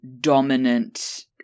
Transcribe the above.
dominant